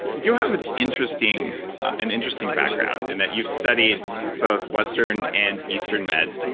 you have an interesting an interesting background in that you've studied both western and easter and med.